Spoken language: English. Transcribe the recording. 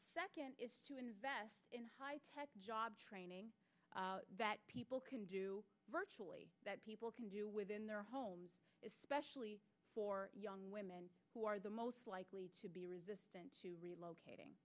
second is to invest in high tech job training that people can do virtually that people can do within their homes especially for young women who are the most likely to be resistant to relocating